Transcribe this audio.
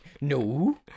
No